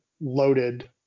loaded